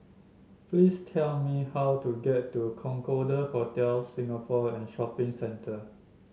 please tell me how to get to Concorde Hotel Singapore and Shopping Centre